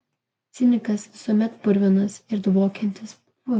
cinikas visuomet purvinas ir dvokiantis pfui